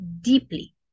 deeply